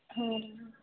ಹ್ಞೂ